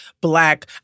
black